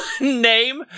Name